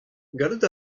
gallout